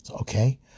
Okay